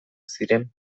ziren